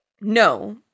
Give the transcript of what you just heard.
no